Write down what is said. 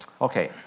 Okay